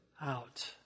out